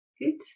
Good